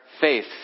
faith